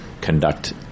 conduct